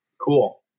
Cool